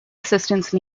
assistance